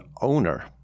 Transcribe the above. owner